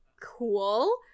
Cool